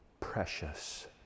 Precious